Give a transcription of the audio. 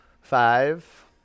Five